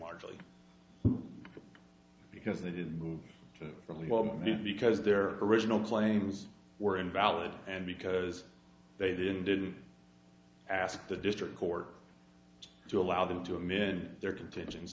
largely because they didn't move really well because their original claims were invalid and because they didn't didn't ask the district court to allow them to him in their contingents